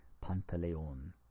Pantaleon